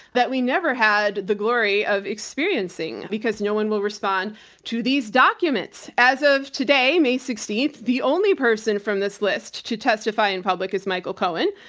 that we never had the glory of experiencing because no one will respond to these documents. as of today, may sixteenth, the only person from this list to testify in public is michael cohen.